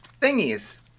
thingies